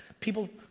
people.